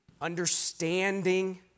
understanding